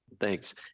thanks